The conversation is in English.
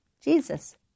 Jesus